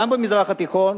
גם במזרח התיכון,